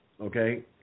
okay